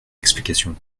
l’explication